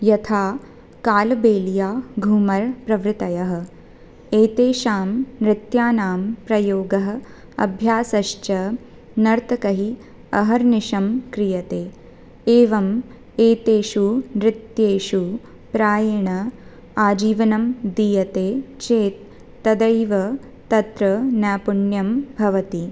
यथा कालबेलिया घूमर् प्रभृतयः एतेषां नृत्यानां प्रयोगः अभ्यासश्च नर्तकैः अहर्निशं क्रियते एवम् एतेषु नृत्येषु प्रायेण आजीवनं दीयते चेत् तदेव तत्र नैपुण्यं भवति